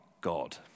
God